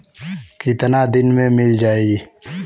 कितना दिन में मील जाई?